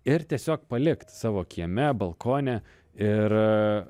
ir tiesiog palikt savo kieme balkone ir